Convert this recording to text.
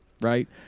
right